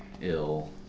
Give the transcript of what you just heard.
ill